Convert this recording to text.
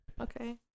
Okay